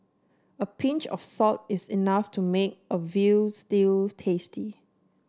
a pinch of salt is enough to make a veal stew tasty